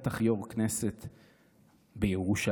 בטח יו"ר כנסת בירושלים,